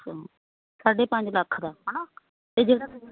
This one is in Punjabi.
ਅੱਛਾ ਸਾਢੇ ਪੰਜ ਲੱਖ ਦਾ ਹੈ ਨਾ ਅਤੇ ਜਿਹੜਾ